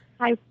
Hi